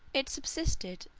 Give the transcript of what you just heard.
it subsisted,